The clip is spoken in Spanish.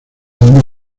una